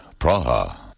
Praha